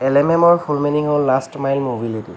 L M এমৰ full meaning হ'ল last mile mobility